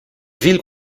villes